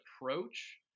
approach